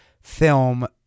film